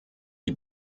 die